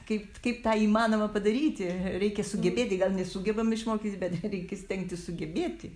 kaip kaip tą įmanoma padaryti reikia sugebėti gal nesugebam išmokyt bet reikia stengtis sugebėti